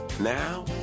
Now